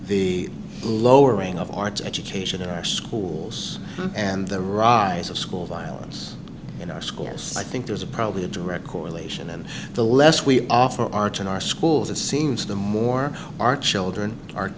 the lowering of arts education in our schools and the rides of school violence in our schools i think there's probably a direct correlation and the less we offer arts in our schools it seems the more our children are